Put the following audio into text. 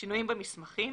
שינויים במסמכים